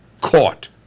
caught